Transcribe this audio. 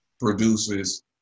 produces